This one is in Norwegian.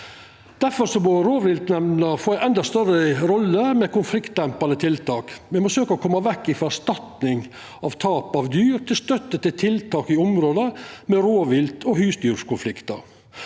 Difor må rovviltnemndene få ei endå større rolle med konfliktdempande tiltak. Me må søkja å koma vekk frå erstatning for tap av dyr over til støtte til tiltak i område med rovvilt- og husdyrkonfliktar.